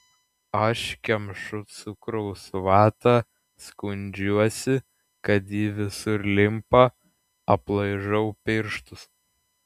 aš kemšu cukraus vatą skundžiuosi kad ji visur limpa aplaižau pirštus